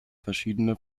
verschiedene